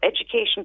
Education